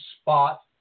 spot